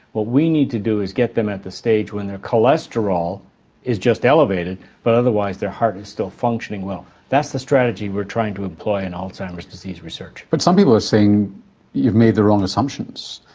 what we need to do is get them at the stage when their cholesterol is just elevated but otherwise their heart is still functioning well. that's the strategy we're trying to employ in alzheimer's disease research. but some people are saying you've made the wrong assumptions,